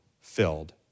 filled